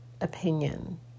opinion